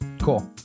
cool